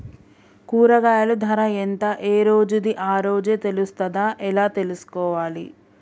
కూరగాయలు ధర ఎంత ఏ రోజుది ఆ రోజే తెలుస్తదా ఎలా తెలుసుకోవాలి?